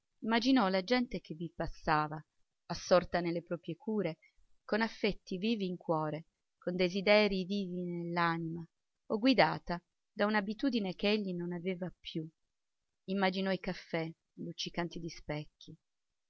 immaginò la gente che vi passava assorta nelle proprie cure con affetti vivi in cuore con desiderii vivi nell'anima o guidata da una abitudine ch'egli non aveva più immaginò i caffè luccicanti